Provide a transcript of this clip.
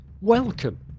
welcome